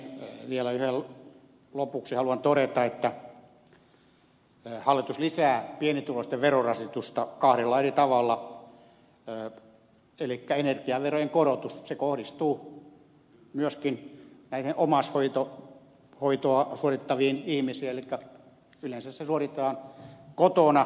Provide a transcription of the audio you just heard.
vielä ihan lopuksi haluan todeta että hallitus lisää pienituloisten verorasitusta kahdella eri tavalla elikkä energiaverojen korotus kohdistuu myöskin näihin omaishoitoa suorittaviin ihmisiin eli yleensä se suoritetaan kotona